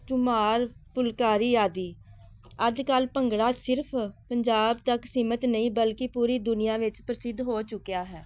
ਝੂਮਰ ਫੁਲਕਾਰੀ ਆਦਿ ਅੱਜ ਕੱਲ੍ਹ ਭੰਗੜਾ ਸਿਰਫ਼ ਪੰਜਾਬ ਤੱਕ ਸੀਮਤ ਨਹੀਂ ਬਲਕਿ ਪੂਰੀ ਦੁਨੀਆਂ ਵਿੱਚ ਪ੍ਰਸਿੱਧ ਹੋ ਚੁੱਕਿਆ ਹੈ